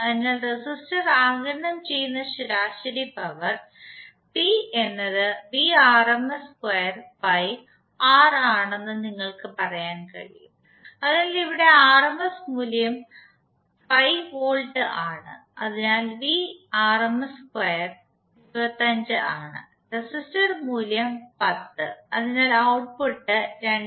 അതിനാൽ റെസിസ്റ്റർ ആഗിരണം ചെയ്യുന്ന ശരാശരി പവർ പി എന്നത് R ആണെന്ന് നിങ്ങൾക് പറയാൻ കഴിയും അതിനാൽ ഇവിടെ ആർഎംഎസ് മൂല്യം 5 വോൾട്ട് ആണ് അതിനാൽ 25 ആണ് റെസിസ്റ്റർ മൂല്യം 10 അതിനാൽ ഔട്ട്പുട്ട് 2